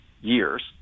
years